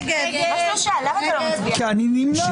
מי נמנע?